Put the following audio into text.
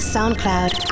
SoundCloud